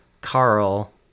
Carl